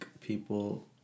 people